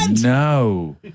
no